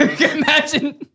Imagine